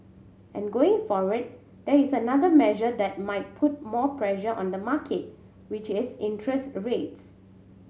and going forward there is another measure that might put more pressure on the market which is interest rates